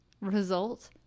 Result